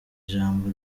ijambo